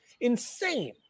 insane